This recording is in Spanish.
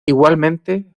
igualmente